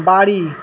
বাড়ি